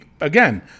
again